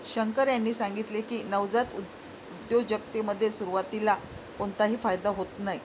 शंकर यांनी सांगितले की, नवजात उद्योजकतेमध्ये सुरुवातीला कोणताही फायदा होत नाही